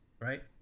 right